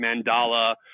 mandala